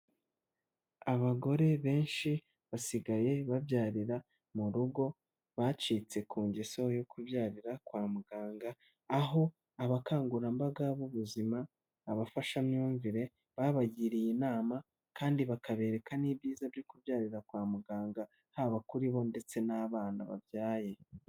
Abagore benshi basigaye babyarira mu rugo bacitse ku ngeso yo kubyarira kwa muganga aho abakangurambaga b'ubuzima, abafashamyumvire babagiriye inama kandi bakabereka n'ibyiza byo kubyarira kwa muganga haba kuri bo ndetse n'abana babyaye.